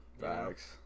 Facts